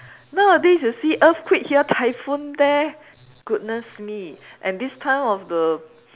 nowadays you see earthquake here typhoon there goodness me and this time of the